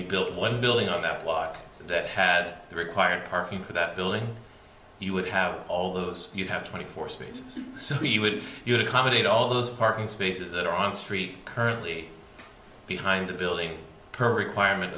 you built one building on that walk that had the required parking for that building you would have all those you have twenty four spaces so we would you to accommodate all those parking spaces that are on street currently behind the building per requirement